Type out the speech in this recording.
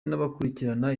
n’abakurikirana